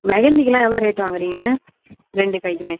மெஹந்திக்கெலாம் எவ்வளோ ரேட் வாங்குகிறீங்க ரெண்டு கைக்குமே